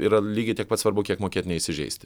yra lygiai tiek pat svarbu kiek mokėt neįsižeisti